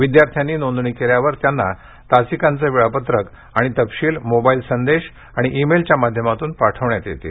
विद्यार्थ्यांनी नोंदणी केल्यावर त्यांना तासिकांचं वेळापत्रक आणि तपशील मोबाईल संदेश आणि इ मेलच्या माध्यमातून पाठवण्यात येतील